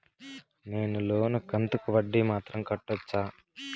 నేను లోను కంతుకు వడ్డీ మాత్రం కట్టొచ్చా?